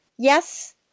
Yes